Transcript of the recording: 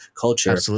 culture